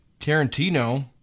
Tarantino